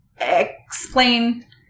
explain